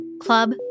Club